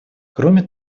кроме